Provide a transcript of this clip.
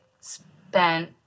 spent